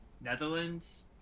Netherlands